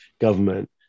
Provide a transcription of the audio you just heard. government